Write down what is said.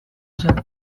zen